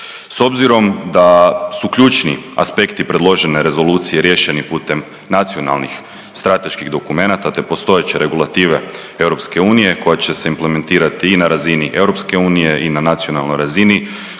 S obzirom da su ključni aspekti predložene rezolucije riješeni putem nacionalnih strateških dokumenata, te postojeće regulative EU koja će se implementirati i na razini EU i na nacionalnoj razini,